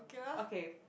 okay